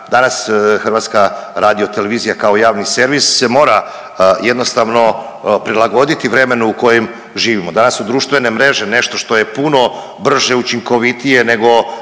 danas HRT kao javni servis se mora jednostavno prilagoditi vremenu u kojem živimo, danas su društvene mreže nešto što je puno brže i učinkovitije nego